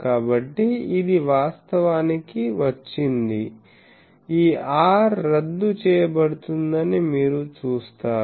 కాబట్టి ఇది వాస్తవానికి వచ్చింది ఈ r రద్దు చేయబడుతుందని మీరు చూస్తారు